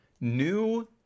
new